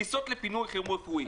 טיסות לפינוי חירום רפואי.